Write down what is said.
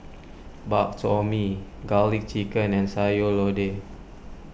Bak Chor Mee Garlic Chicken and Sayur Lodeh